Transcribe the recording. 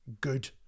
good